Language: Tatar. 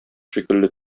шикелле